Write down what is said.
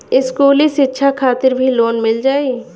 इस्कुली शिक्षा खातिर भी लोन मिल जाई?